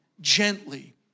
gently